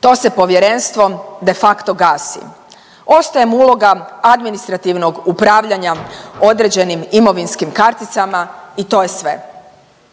to se povjerenstvo de facto gasi, ostaje mu uloga administrativnog upravljanja određenim imovinskim karticama i to je sve.